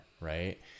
right